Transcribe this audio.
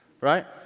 right